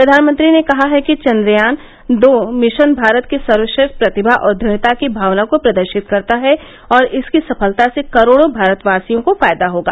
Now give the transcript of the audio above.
प्रधानमंत्री ने कहा है कि चंद्रयान दो मिशन भारत की सर्वश्रेष्ठ प्रतिभा और दृढ़ता की भावना को प्रदर्शित करता है और इसकी सफलता से करोड़ों भारतवासियों को फायदा होगा